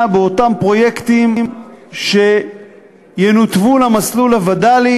באותם פרויקטים שינותבו למסלול הווד"לי,